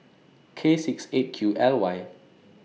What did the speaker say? K six eight Q L Y